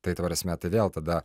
tai ta prasme tai vėl tada